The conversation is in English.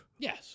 Yes